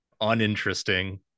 Uninteresting